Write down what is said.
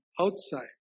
outside